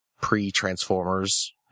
pre-Transformers